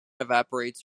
evaporates